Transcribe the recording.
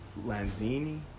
Lanzini